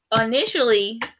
initially